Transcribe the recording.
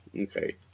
Okay